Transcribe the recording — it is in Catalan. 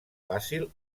fàcil